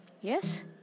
yes